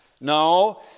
No